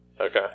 Okay